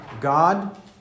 God